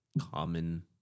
common